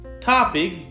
topic